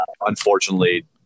Unfortunately